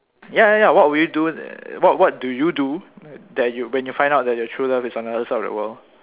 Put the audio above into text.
ya ya what will you do uh what do you do that when you find out that your true love is on another side of the world